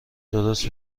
درست